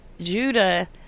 Judah